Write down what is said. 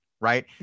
right